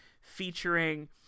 featuring